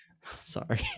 Sorry